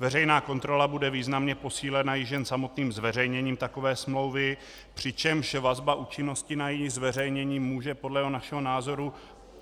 Veřejná kontrola bude významně posílena již jen samotným zveřejněním takové smlouvy, přičemž vazba účinnosti na její zveřejnění může podle našeho názoru